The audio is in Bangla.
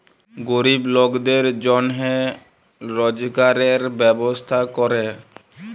গরিব লকদের জনহে রজগারের ব্যবস্থা ক্যরে